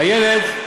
איילת?